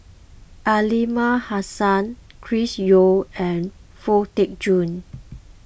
Aliman Hassan Chris Yeo and Foo Tee Jun